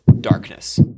darkness